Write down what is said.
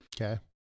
Okay